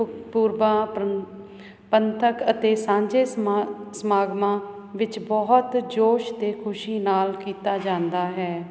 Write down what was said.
ਪੂਰਬਾਂ ਪਰੰ ਪੰਥਕ ਅਤੇ ਸਾਂਝੇ ਸਮਾ ਸਮਾਗਮਾਂ ਵਿੱਚ ਬਹੁਤ ਜੋਸ਼ ਅਤੇ ਖੁਸ਼ੀ ਨਾਲ ਕੀਤਾ ਜਾਂਦਾ ਹੈ